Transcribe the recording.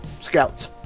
scouts